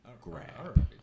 grab